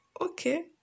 okay